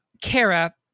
Kara